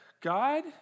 God